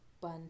bun